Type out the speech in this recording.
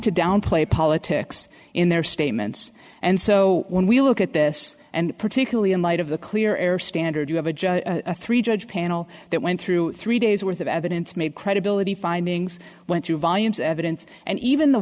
to downplay politics in their statements and so when we look at this and particularly in light of a clear air standard you have a judge a three judge panel that went through three days worth of evidence made credibility findings went through volumes evidence and even the